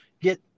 get